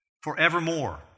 Forevermore